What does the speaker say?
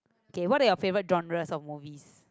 okay what are your favourite genres of movies